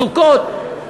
סוכות.